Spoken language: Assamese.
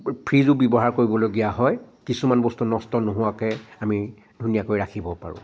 ফ্ৰিজো ব্যৱহাৰ কৰিবলগীয়া হয় কিছুমান বস্তু নষ্ট নোহোৱাকৈ আমি ধুনীয়াকৈ ৰাখিব পাৰোঁ